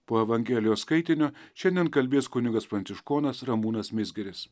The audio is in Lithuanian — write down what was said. po evangelijos skaitinio šiandien kalbės kunigas pranciškonas ramūnas mizgiris